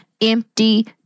empty